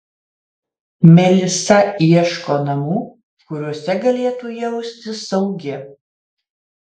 melisa ieško namų kuriuose galėtų jaustis saugi